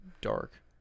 dark